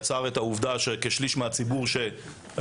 יצר את העובדה שכשליש מן הציבור שתכנן